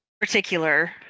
particular